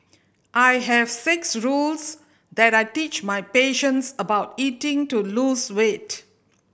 I have six rules that I teach my patients about eating to lose weight